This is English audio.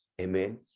Amen